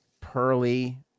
pearly